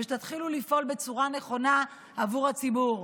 ושתתחילו לפעול בצורה נכונה עבור הציבור.